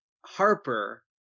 Harper